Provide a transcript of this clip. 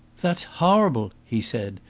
that's horrible, he said,